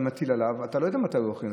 אתה מטיל עליו ואתה לא יודע מתי הוא יעבוד,